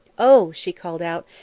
oh, she called out,